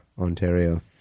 Ontario